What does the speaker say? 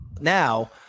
Now